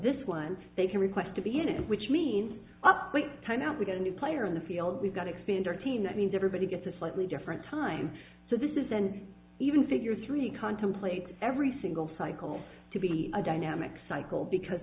this one they can request to be in it which means up right time now to get a new player in the field we've got to expand our team that means everybody gets a slightly different time so this is an even figure three contemplates every single cycle to be a dynamic cycle because